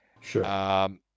Sure